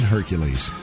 Hercules